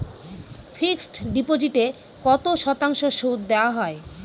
Fixed ডিপোজিটে কত শতাংশ সুদ দেওয়া হয়?